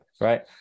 right